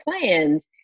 plans